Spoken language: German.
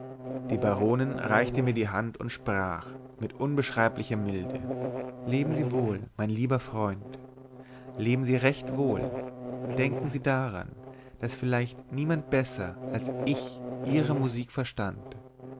die baronin reichte mir die hand und sprach mit unbeschreiblicher milde leben sie wohl mein lieber freund leben sie recht wohl denken sie daran daß vielleicht niemand besser als ich ihre musik verstand